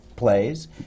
plays